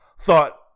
thought